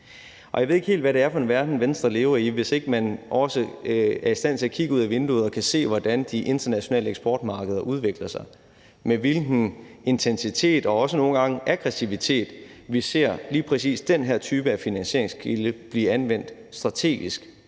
Jeg ved ikke helt, hvad det er for en verden, Venstre lever i, hvis ikke man også er i stand til at kigge ud af vinduet og se, hvordan de internationale eksportmarkeder udvikler sig, og med hvilken intensitet og også nogle gange aggressivitet lige præcis den her type af finansieringskilde blive anvendt strategisk